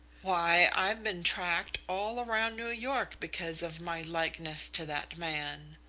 why, i've been tracked all round new york because of my likeness to that man.